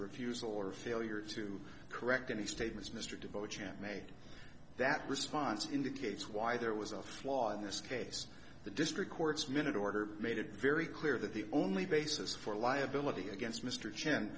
refusal or failure to correct any statements mr devote chant made that response indicates why there was a flaw in this case the district court's minute order made it very clear that the only basis for liability against mr ch